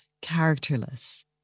characterless